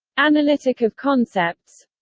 analytic of concepts